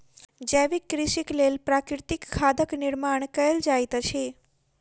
जैविक कृषिक लेल प्राकृतिक खादक निर्माण कयल जाइत अछि